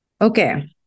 Okay